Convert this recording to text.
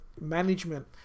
management